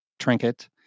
trinket